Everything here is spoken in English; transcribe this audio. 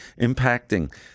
impacting